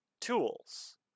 tools